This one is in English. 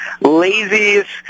laziest